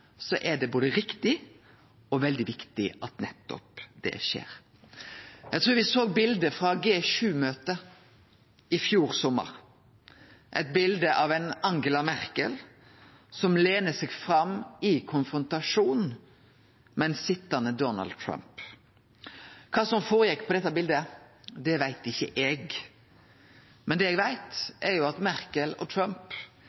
er det både riktig og veldig viktig at nettopp det skjer. Eg trur me såg bildet frå G7-møtet i fjor sommar, eit bilde av Angela Merkel som lener seg fram i konfrontasjon med ein sitjande Donald Trump. Kva som føregjekk, veit ikkje eg, men det eg